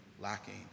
lacking